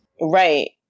Right